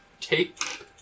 take